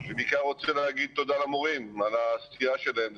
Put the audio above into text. אני בעיקר רוצה להגיד תודה למורים על העשייה שלהם.